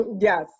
Yes